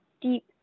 deep